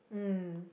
mm